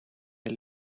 del